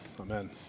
amen